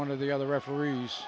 one of the other referees